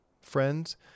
friends